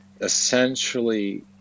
essentially